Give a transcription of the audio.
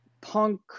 punk